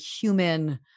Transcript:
human